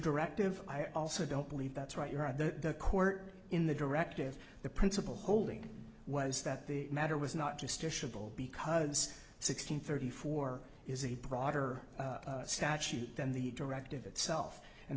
directive i also don't believe that's right you're at the court in the directive the principle holding was that the matter was not just a shabelle because sixteen thirty four is a broader statute than the directive itself and